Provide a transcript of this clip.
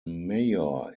mayor